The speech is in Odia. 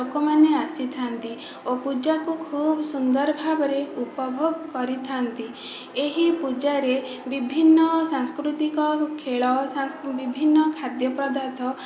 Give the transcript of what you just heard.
ଲୋକମାନେ ଆସିଥାଆନ୍ତି ଓ ପୂଜାକୁ ଖୁବ ସୁନ୍ଦର ଭାବରେ ଉପଭୋଗ କରିଥାଆନ୍ତି ଏହି ପୂଜାରେ ବିଭିନ୍ନ ସାଂସ୍କୃତିକ ଖେଳ ସାଂସ ବିଭିନ୍ନ ଖାଦ୍ୟ ପଦାର୍ଥ